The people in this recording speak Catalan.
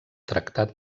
tractat